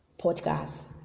podcast